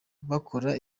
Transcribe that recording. bakora